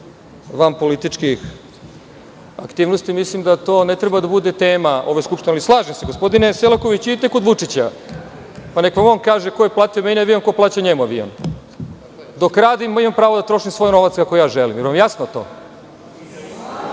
vanpolitičkih aktivnosti, mislim da to ne treba da bude tema ove Skupštine. Ali, slažem se, gospodine Selakoviću, idite kod Vučića, pa neka on kaže ko je meni platio avion, a ko plaća njemu avion. Dok radim, imam pravo da trošim svoj novac kako ja želim. Je l' vam jasno to?